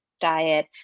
diet